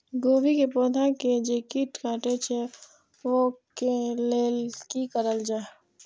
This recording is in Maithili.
गोभी के पौधा के जे कीट कटे छे वे के लेल की करल जाय?